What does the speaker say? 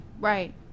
Right